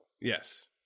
yes